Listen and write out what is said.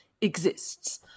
exists